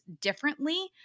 differently